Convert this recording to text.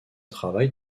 travail